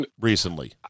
recently